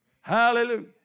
Hallelujah